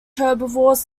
herbivores